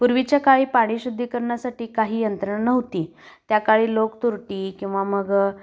पूर्वीच्या काळी पाणी शुद्धी करण्यासाठी काही यंत्रणा नव्हती त्या काळी लोक तुरटी किंवा मग